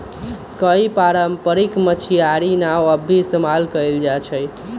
कई पारम्परिक मछियारी नाव अब भी इस्तेमाल कइल जाहई